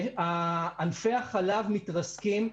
זה שענפי החלב מתרסקים,